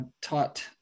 taught